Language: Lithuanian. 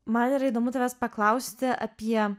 man yra įdomu tavęs paklausti apie